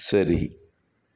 ശരി